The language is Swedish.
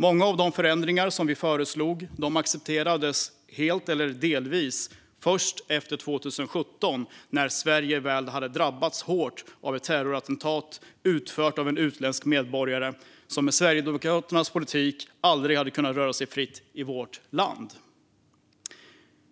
Många av de förändringar vi föreslagit accepterades helt eller delvis först efter 2017, när Sverige väl hade drabbats hårt av ett terrorattentat utfört av en utländsk medborgare som med Sverigedemokraternas politik aldrig hade kunnat röra sig fritt i vårt land.